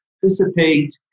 participate